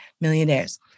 millionaires